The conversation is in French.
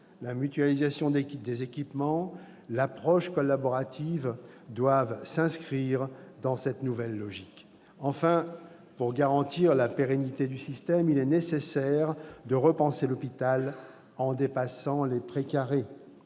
la mutualisation des équipements et l'approche collaborative doivent s'inscrivent dans cette nouvelle logique. Enfin, pour garantir la pérennité du système, il est nécessaire de repenser l'hôpital en dépassant les prés carrés,